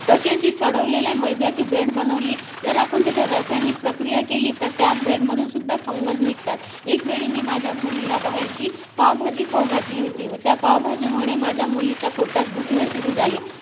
तसेच ही सडवलेल्या मैद्याची ब्रेड बनवली जर आपण त्याच्यावर रासायनिक प्रक्रिया केली तर त्या ब्रेडमधून सुद्धा फंगस निघतात एकावेळी मी माझ्या मुलीला बाहेरची पावभाजी खाऊ घातली होती व त्या पावभाजीमुळे माझ्या मुलीच्या पोटात दुखणे सुरू झाले